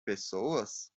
pessoas